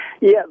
Yes